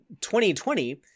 2020